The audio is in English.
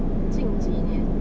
近几年